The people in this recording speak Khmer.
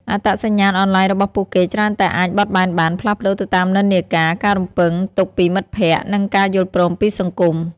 អត្តសញ្ញាណអនឡាញរបស់ពួកគេច្រើនតែអាចបត់បែនបាន ផ្លាស់ប្តូរទៅតាមនិន្នាការ ការរំពឹងទុកពីមិត្តភ័ក្តិ និងការយល់ព្រមពីសង្គម។